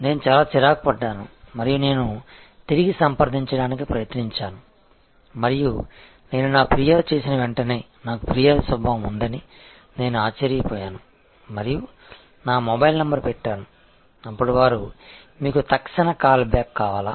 నేను చాలా చిరాకు పడ్డాను మరియు నేను తిరిగి సంప్రదించడానికి ప్రయత్నించాను మరియు నేను నా ఫిర్యాదు చేసిన వెంటనే నాకు ఫిర్యాదు స్వభావం ఉందని నేను ఆశ్చర్యపోయాను మరియు నా మొబైల్ నంబర్ పెట్టాను అప్పుడు వారు మీకు తక్షణ కాల్బ్యాక్ కావాలా